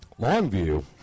Longview